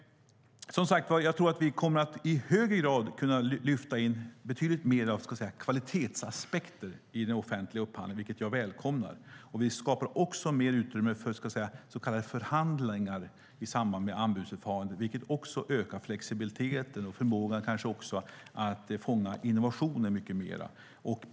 Jag tror som sagt att vi i högre grad kommer att kunna lyfta in betydligt mer av kvalitetsaspekter i den offentliga upphandlingen, vilket jag välkomnar. Vi skapar också mer utrymme för så kallade förhandlingar i samband med anbudsförfarandet, vilket också ökar flexibiliteten och förmågan att fånga innovationer.